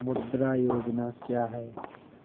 मुद्रा योजना क्या है?